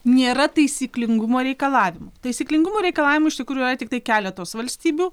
nėra taisyklingumo reikalavimų taisyklingumo reikalavimų iš tikrųjų yra tiktai keletos valstybių